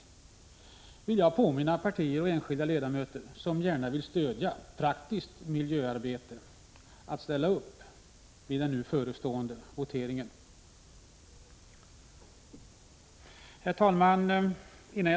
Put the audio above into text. Jag vill här påminna partier och enskilda ledamöter som gärna vill stödja praktiskt miljöarbete om möjligheten att i den nu förestående voteringen rösta på reservationen. Herr talman!